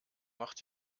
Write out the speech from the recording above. macht